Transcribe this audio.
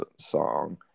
song